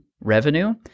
revenue